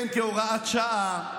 כן, כהוראת שעה,